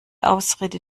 ausrede